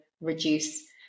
reduce